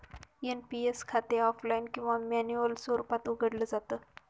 NPS खाते offline किंवा manual स्वरूपात उघडलं जात